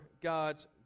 God's